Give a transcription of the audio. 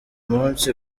munsi